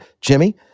Jimmy